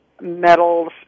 metals